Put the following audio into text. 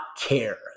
care